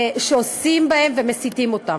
שעושים בהם ומסיתים אותם.